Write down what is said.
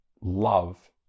love